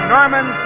Norman